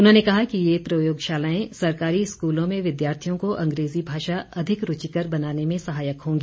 उन्होंने कहा कि ये प्रयोगशालाएं सरकारी स्कूलों में विद्यार्थियों को अंग्रेजी भाषा अधिक रूचिकर बनाने में सहायक होंगी